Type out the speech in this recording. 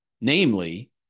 Namely